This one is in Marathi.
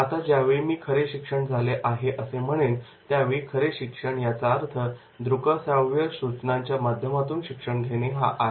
आता ज्यावेळी मी खरे शिक्षण झाले पाहिजे असे म्हणेन त्यावेळी खरे शिक्षण याचा अर्थ दृकश्राव्य सूचनांच्या माध्यमातून शिक्षण घेणे हा आहे